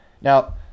Now